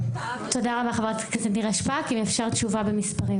(אומרת דברים בשפת